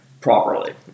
properly